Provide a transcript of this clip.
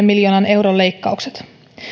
miljoonan euron leikkaukset